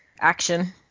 action